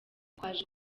twaje